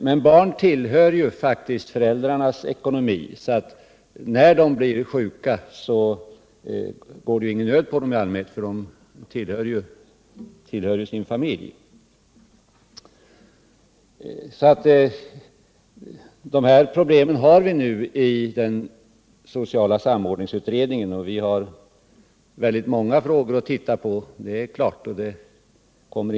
Det är ju föräldrarna som är ansvariga för barnen, och när dessa blir sjuka lider de i allmänhet ingen ekonomisk förlust. Socialpolitiska samordningsutredningen har väldigt många frågor att se över, bl.a. denna.